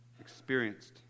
experienced